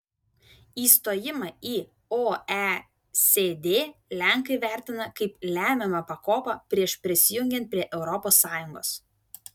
įstojimą į oecd lenkai vertina kaip lemiamą pakopą prieš prisijungiant prie europos sąjungos